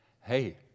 Hey